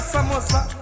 Samosa